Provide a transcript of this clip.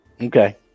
okay